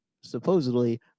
supposedly